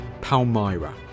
Palmyra